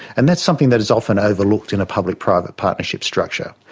and that's something that is often overlooked in a public private partnership structure,